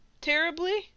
terribly